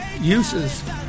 uses